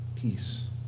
peace